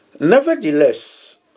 Nevertheless